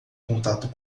contato